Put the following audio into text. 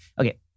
Okay